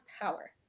power